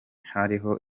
hariho